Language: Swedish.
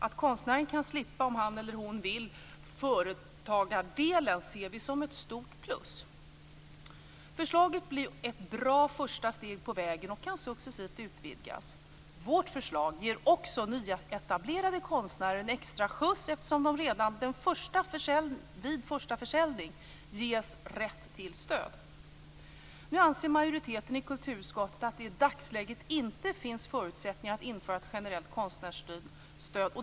Att konstnären, om han eller hon vill det, kan slippa företagardelen ser vi som ett stort plus. Förslaget blir ett bra första steg på vägen och kan successivt utvidgas. Vårt förslag ger också nyetablerade konstnärer en extra skjuts, eftersom redan den första försäljningen ger rätt till ett stöd. Nu anser majoriteten i kulturutskottet att det i dagsläget inte finns förutsättningar att införa ett generellt konstnärsstöd.